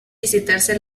visitarse